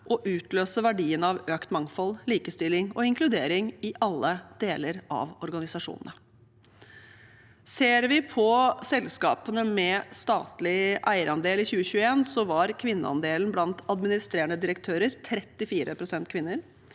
og utløse verdien av økt mangfold, likestilling og inkludering i alle deler av organisasjonen. Ser vi på selskaper med statlig eierandel i 2021, var kvinneandelen blant administrerende direktører 34 pst., i